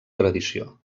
tradició